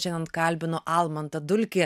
šiandien kalbinu almantą dulkį